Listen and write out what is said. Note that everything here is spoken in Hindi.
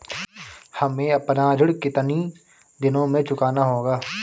हमें अपना ऋण कितनी दिनों में चुकाना होगा?